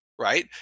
Right